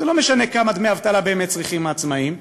זה לא משנה כמה דמי אבטלה באמת צריכים העצמאים,